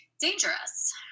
dangerous